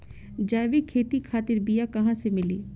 जैविक खेती खातिर बीया कहाँसे मिली?